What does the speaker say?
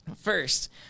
First